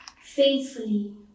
faithfully